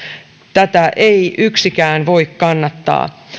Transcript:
tätä ei yksikään voi kannattaa